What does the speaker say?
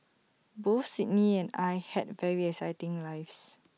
both Sydney and I had very exciting lives